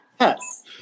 Yes